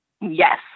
Yes